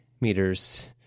meters